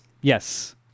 Yes